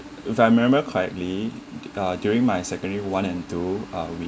if I remember quietly during my secondary one and two uh we